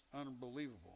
unbelievable